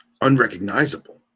unrecognizable